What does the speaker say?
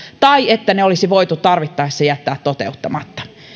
tai että ne olisi voitu tarvittaessa jättää toteuttamatta